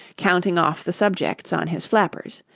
counting off the subjects on his flappers,